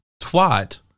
twat